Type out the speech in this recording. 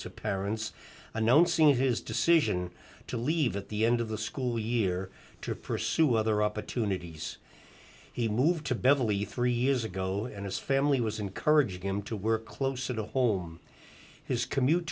to parents announcing his decision to leave at the end of the school year to pursue other opportunities he moved to beverly three years ago and his family was encouraged him to work closer to home his commute